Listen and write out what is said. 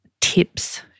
tips